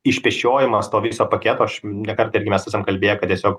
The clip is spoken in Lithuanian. išpešiojimas to viso paketo aš ne kartą irgi mes esam kalbėję kad tiesiog